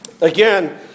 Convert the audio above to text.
Again